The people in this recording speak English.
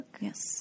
Yes